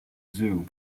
zoo